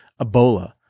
Ebola